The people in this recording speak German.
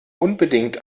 unbedingt